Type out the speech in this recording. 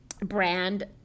Brand